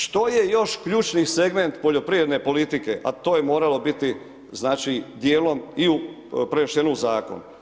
Što je još ključni segment poljoprivredne politike, a to je moralo biti znači dijelom i u prenešeno u zakon.